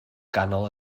ganol